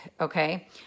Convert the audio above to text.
Okay